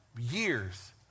years